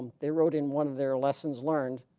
and they wrote in one of their lessons learned